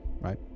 Right